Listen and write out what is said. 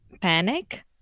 panic